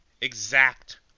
exact